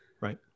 Right